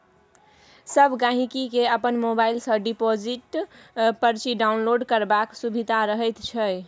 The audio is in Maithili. सब गहिंकी केँ अपन मोबाइल सँ डिपोजिट परची डाउनलोड करबाक सुभिता रहैत छै